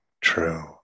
true